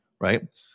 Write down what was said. right